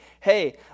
hey